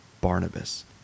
Barnabas